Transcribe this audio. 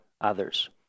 others